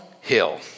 Hill